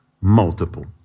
multiple